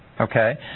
okay